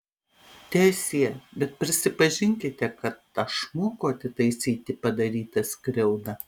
teesie bet prisipažinkite kad aš moku atitaisyti padarytą skriaudą